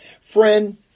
Friend